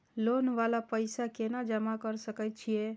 Loan वाला पैसा केना जमा कर सके छीये?